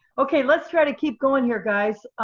okay. let's try to keep going here, guys.